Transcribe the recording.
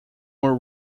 were